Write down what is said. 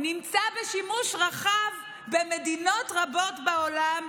נמצא בשימוש רחב במדינות רבות בעולם,